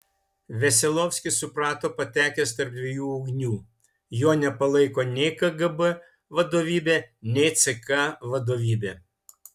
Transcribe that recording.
veselovskis suprato patekęs tarp dviejų ugnių jo nepalaiko nei kgb vadovybė nei ck vadovybė